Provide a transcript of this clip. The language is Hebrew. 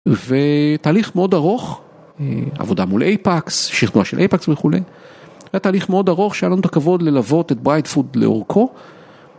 ותהליך מאוד ארוך, עבודה מול אייפקס, שכנוע של אייפקס וכולי, היה תהליך מאוד ארוך שהיה לנו את הכבוד ללוות את ברייט פוד לאורכו.